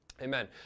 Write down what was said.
Amen